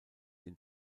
den